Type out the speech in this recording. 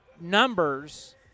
numbers